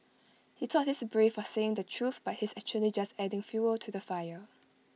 he thought he's brave for saying the truth but he's actually just adding fuel to the fire